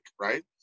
right